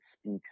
speaks